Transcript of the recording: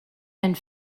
and